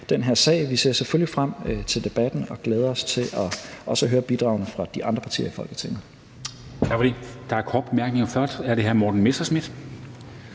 den her sag. Vi ser selvfølgelig frem til debatten og glæder os til også at høre bidragene fra de andre partier i Folketinget.